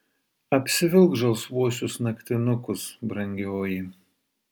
apsivilk žalsvuosius naktinukus brangioji